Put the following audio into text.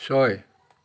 ছয়